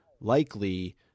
likely